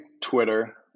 Twitter